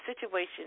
situation